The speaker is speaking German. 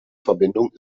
verbindung